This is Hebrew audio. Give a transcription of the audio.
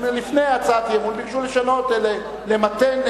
הם לפני הצעת האי-אמון ביקשו לשנות, למתן.